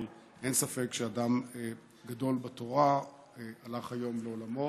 אבל אין ספק שאדם גדול בתורה הלך היום לעולמו,